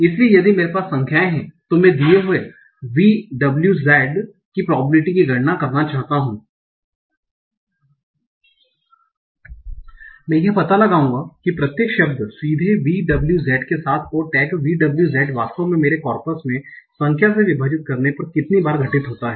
इसलिए यदि मेरे पास संख्याएँ हैं तो मैं दिये हुए V w Z की प्रोबेबिलिटी की गणना करना चाहता हूँ मैं यह पता लगाऊंगा कि प्रत्येक शब्द सीधे V w Z के साथ और टैग V w Z वास्तव में मेरे कॉर्पस में संख्या से विभाजित करने पर कितनी बार घटित होता है